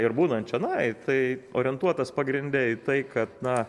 ir būnant čionai tai orientuotas pagrinde į tai kad na